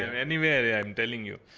and anywhere yeah i am telling you.